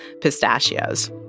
pistachios